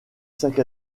sac